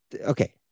Okay